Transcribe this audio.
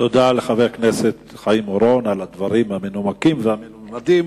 תודה לחבר הכנסת חיים אורון על הדברים המנומקים והמלומדים,